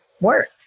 work